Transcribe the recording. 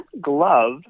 glove